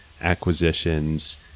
acquisitions